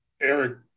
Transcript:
Eric